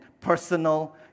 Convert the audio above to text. personal